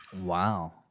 wow